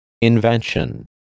Invention